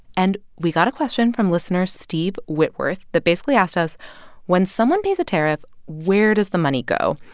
and we got a question from listener steve whitworth that basically asked us when someone pays a tariff, where does the money go?